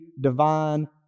divine